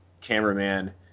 cameraman